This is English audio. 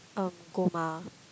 um Goma